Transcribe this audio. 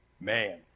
Man